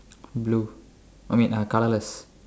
blue I mean uh colourless